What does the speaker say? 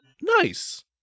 Nice